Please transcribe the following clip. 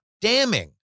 damning